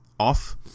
off